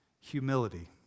humility